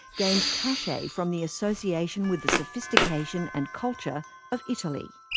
gained cachet from the association with the sophistication and culture of italy.